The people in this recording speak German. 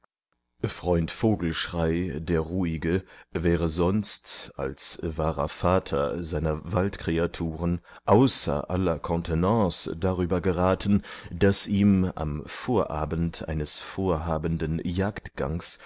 freund vogelschrey der ruhige wäre sonst als wahrer vater seiner waldkreaturen außer aller contenance darüber geraten daß ihm am vorabend eines vorhabenden